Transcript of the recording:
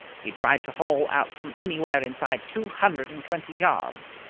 he tried to hole out from anywhere inside two hundred and twenty yards.